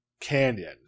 canyon